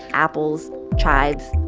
apples, chives,